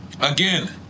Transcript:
again